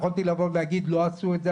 יכולתי לבוא ולהגיד לא עשו את זה,